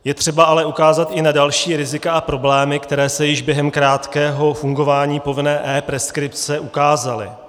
Je třeba ale ukázat i na další rizika a problémy, které se již během krátkého fungování povinné epreskripce ukázaly.